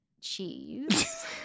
cheese